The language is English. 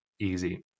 easy